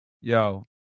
Yo